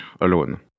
alone